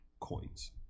coins